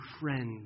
friend